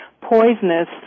poisonous